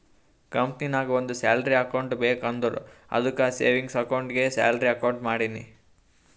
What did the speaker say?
ಕಂಪನಿನಾಗ್ ಒಂದ್ salary account ಬೇಕ್ ಅಂದುರ್ ಅದ್ದುಕ್ ಸೇವಿಂಗ್ಸ್ ಅಕೌಂಟ್ಗೆ ಸ್ಯಾಲರಿ ಅಕೌಂಟ್ ಮಾಡಿನಿ